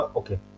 okay